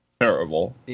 Terrible